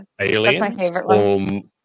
Aliens